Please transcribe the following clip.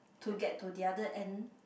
to get to the other end